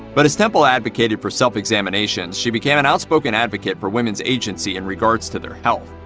but as temple advocated for self-examinations, she became an outspoken advocate for women's agency in regards to their health.